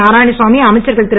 நாராயணசாமி அமைச்சர்கள் திரு